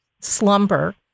slumber